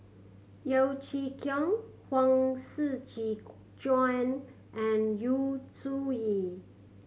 Yeo Chee Kiong Huang Shiqi Joan and Yu Zhuye